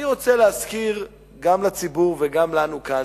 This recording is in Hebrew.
אני רוצה להזכיר גם לציבור וגם לנו כאן,